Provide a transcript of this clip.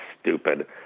stupid